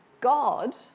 God